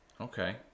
Okay